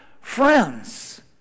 friends